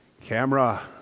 camera